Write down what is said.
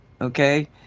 okay